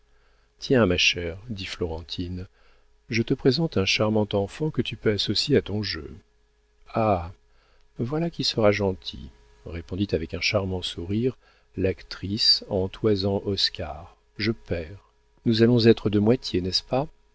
tiens ma chère dit florentine je te présente un charmant enfant que tu peux associer à ton jeu ah voilà qui sera gentil répondit avec un charmant sourire l'actrice en toisant oscar je perds nous allons être de moitié n'est-ce pas